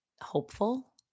hopeful